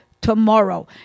tomorrow